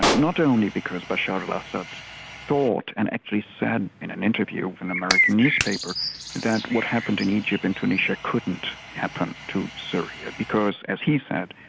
like not only because bashar al-assad thought and actually said in an interview an american newspaper that what happened in egypt and tunisia couldn't happen to syria because, as he said,